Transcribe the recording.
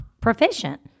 proficient